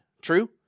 True